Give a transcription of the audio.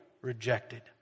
rejected